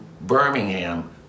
Birmingham